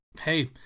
Hey